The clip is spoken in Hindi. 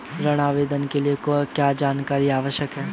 ऋण आवेदन के लिए क्या जानकारी आवश्यक है?